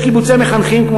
יש קיבוצי מחנכים,